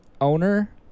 owner